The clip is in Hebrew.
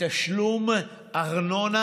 מתשלום ארנונה.